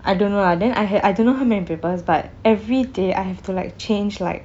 I don't know lah then I had I don't know how many papers but everyday I have to like change like